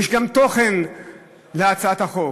יש גם תוכן להצעת החוק.